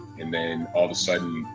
and then all of a sudden,